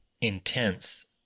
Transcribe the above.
intense